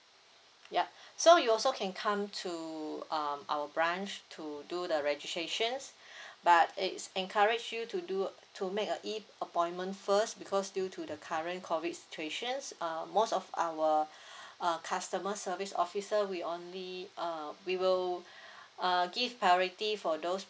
ya so you also can come to um our branch to do the registrations but it's encourage you to do to make a E appointment first because due to the current COVID situations uh most of our uh customer service officer we only uh we will uh give priority for those